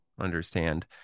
understand